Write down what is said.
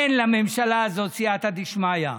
אין לממשלה הזאת סייעתא דשמיא.